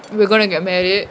we're going to get married